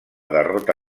derrota